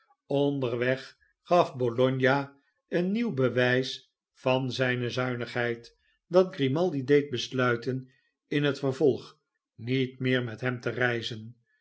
onderweg gaf bologna een nieuw bewijs van zijne zuinigheid dat grimaldi deed besluiten in het vervolg niet meer met hem tereizen